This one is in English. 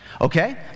Okay